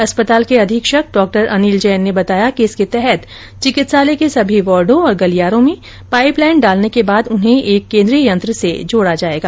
अस्पताल के अधीक्षक डॉ अनिल जैन ने बताया कि इसके तहत चिकित्सालय के सभी वार्डो और गलियारो में पाइप लाइन डालने के बाद उन्हें एक केंद्रीय यंत्र से जोडा जाएगा